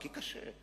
כי קשה.